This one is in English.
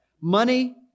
money